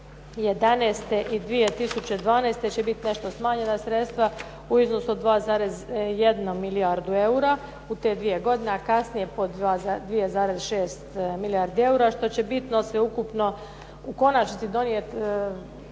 2011. i 2012. će biti nešto smanjena sredstva u iznosu od 2,1 milijardu eura u te dvije godine, a kasnije po 2,6 milijarde što će bitno sveukupno u konačnici donijeti